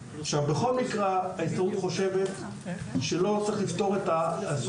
ההסתדרות חושבת שלא צריך לפתור את הסוגיה הזאת בדרך של חקיקה,